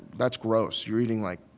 that's gross. you're eating, like,